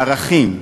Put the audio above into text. לערכים,